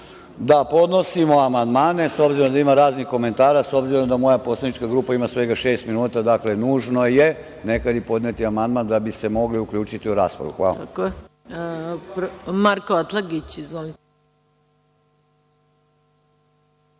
da podnosimo amandmane, s obzirom da ima raznih komentara, s obzirom da moja poslanička grupa ima svega šest minuta, dakle, nužno je nekad i podneti amandman da bi se mogli uključiti u raspravu. Hvala.